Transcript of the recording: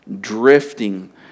drifting